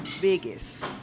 biggest